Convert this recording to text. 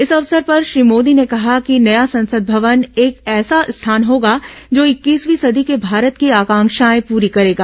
इस अवसर पर श्री मोदी ने कहा कि नया संसद भवन एक ऐसा स्थान होगा जो इक्कीसवीं सदी के भारत की आकांक्षाएं पूरी करेगा